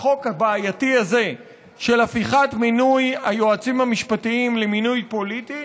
החוק הבעייתי הזה של הפיכת מינוי היועצים המשפטיים למינוי פוליטי,